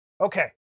Okay